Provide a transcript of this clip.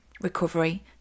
recovery